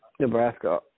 Nebraska